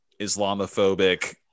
Islamophobic